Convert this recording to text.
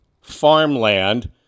farmland